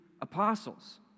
apostles